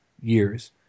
years